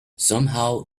somehow